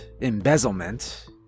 embezzlement